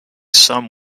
some